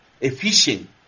efficient